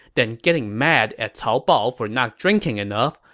then getting mad at cao bao for not drinking enough,